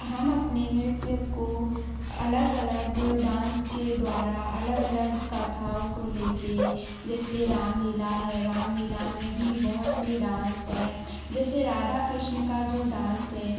हम अपने नृत्य को अलग अलग डांस के द्वारा अलग अलग कथाओ को ले कर जैसे रामलीला है रामलीला में भी बहुत सी डांस है जैसे राधा कृष्ण का जो डांस है